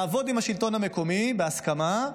לעבוד עם השלטון המקומי בהסכמה,